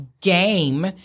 game